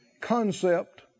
concept